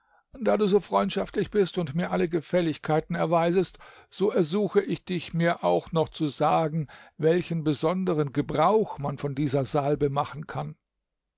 da du so freundschaftlich bist und mir alle gefälligkeiten erweisest so ersuche ich dich mir auch noch zu sagen welchen besonderen gebrauch man von dieser salbe machen kann